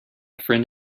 friend